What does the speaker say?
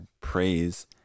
praise